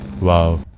Wow